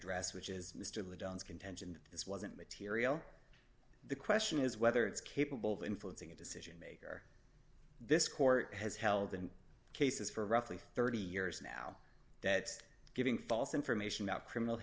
address which is mr le dunn's contention that this wasn't material the question is whether it's capable of influencing a decision maker this court has held in cases for roughly thirty years now that giving false information about criminal